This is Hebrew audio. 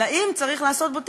אלא אם צריך לעשות בו תיקון,